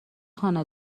خانه